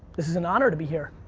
this is an honor to be here,